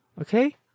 Okay